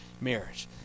marriage